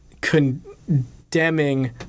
condemning